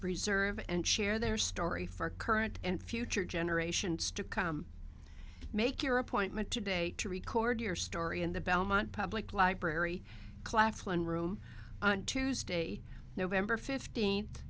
preserve and share their story for current and future generations to come make your appointment today to record your story in the belmont public library claflin room on tuesday november fifteenth